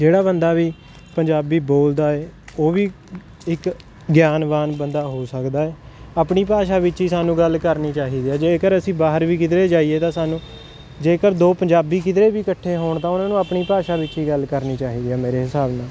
ਜਿਹੜਾ ਬੰਦਾ ਵੀ ਪੰਜਾਬੀ ਬੋਲਦਾ ਏ ਉਹ ਵੀ ਇੱਕ ਗਿਆਨਵਾਨ ਬੰਦਾ ਹੋ ਸਕਦਾ ਹੈ ਆਪਣੀ ਭਾਸ਼ਾ ਵਿੱਚ ਹੀ ਸਾਨੂੰ ਗੱਲ ਕਰਨੀ ਚਾਹੀਦੀ ਹੈ ਜੇਕਰ ਅਸੀਂ ਬਾਹਰ ਵੀ ਕਿਧਰੇ ਜਾਈਏ ਤਾਂ ਸਾਨੂੰ ਜੇਕਰ ਦੋ ਪੰਜਾਬੀ ਕਿਧਰੇ ਵੀ ਇੱਕਠੇ ਹੋਣ ਤਾਂ ਉਹਨਾਂ ਨੂੰ ਆਪਣੀ ਭਾਸ਼ਾ ਵਿੱਚ ਹੀ ਗੱਲ ਕਰਨੀ ਚਾਹੀਦੀ ਹੈ ਮੇਰੇ ਹਿਸਾਬ ਨਾਲ